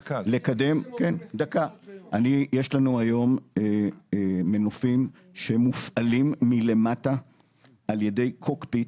יש לנו היום מנופים שמופעלים מלמטה על ידי cockpit,